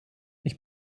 ich